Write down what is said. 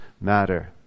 matter